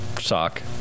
sock